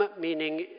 meaning